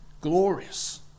glorious